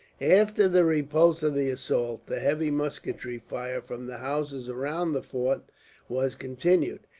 after the repulse of the assault, the heavy musketry fire from the houses around the fort was continued.